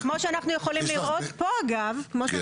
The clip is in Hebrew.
כמו שאנחנו יכולים לראות פה אגב,